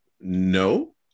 No